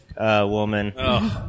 woman